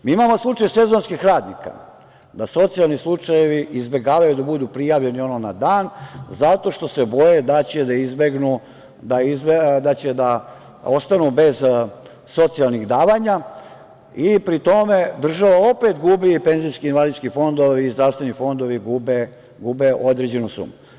Mi imamo slučaj sezonskih radnika, da socijalni slučajevi izbegavaju da budu prijavljeni, ono, na dan, zato što se boje da će da ostanu bez socijalnih davanja i pri tome, država opet gubi penzijske i invalidske fondove, i zdravstveni fondovi gube određenu sumu.